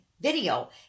video